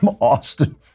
Austin